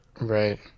right